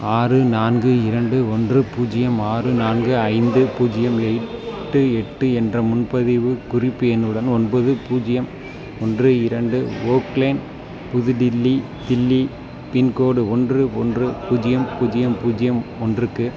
ஆறு நான்கு இரண்டு ஒன்று பூஜ்ஜியம் ஆறு நான்கு ஐந்து பூஜ்ஜியம் எட்டு எட்டு என்ற முன்பதிவுக் குறிப்பு எண்ணுடன் ஒன்பது பூஜ்ஜியம் ஒன்று இரண்டு ஓக்லேன் புது டில்லி தில்லி பின்கோடு ஒன்று ஒன்று பூஜ்ஜியம் பூஜ்ஜியம் பூஜ்ஜியம் ஒன்றுக்கு